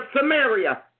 Samaria